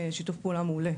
שיתוף פעולה מעולה.